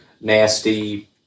nasty